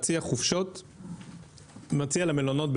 מציע למלונות,